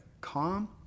calm